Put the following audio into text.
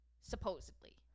supposedly